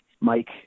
Mike